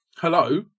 Hello